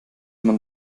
man